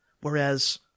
Whereas